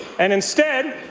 and instead,